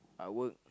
I work